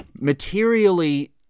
materially